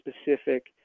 specific